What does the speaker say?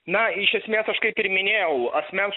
na iš esmės aš kaip ir minėjau asmens